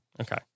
Okay